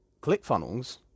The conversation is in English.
ClickFunnels